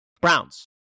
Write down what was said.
Browns